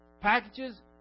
packages